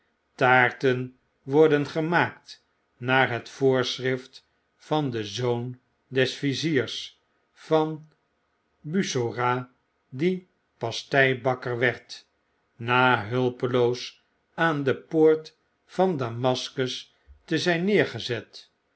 taarten worden gemaakt naar het voorschrift van den zoon des viziers van bussorah die pasteibakker werd na hulpeloos aan de poort van damascus te zyn neergezet